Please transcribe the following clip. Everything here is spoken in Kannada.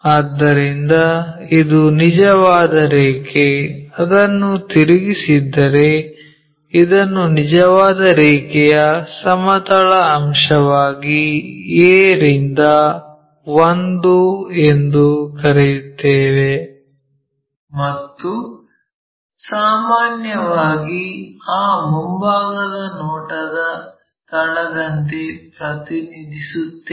ಆದ್ದರಿಂದ ಇದು ನಿಜವಾದ ರೇಖೆ ಅದನ್ನು ತಿರುಗಿಸಿದ್ದರೆ ಇದನ್ನು ನಿಜವಾದ ರೇಖೆಯ ಸಮತಲ ಅಂಶವಾಗಿ a ನಿಂದ 1 ಎಂದು ಕರೆಯುತ್ತೇವೆ ಮತ್ತು ಸಾಮಾನ್ಯವಾಗಿ ಆ ಮುಂಭಾಗದ ನೋಟದ ಸ್ಥಳದಂತೆ ಪ್ರತಿನಿಧಿಸುತ್ತೇವೆ